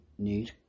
need